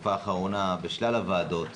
בתקופה האחרונה בשלל הוועדות,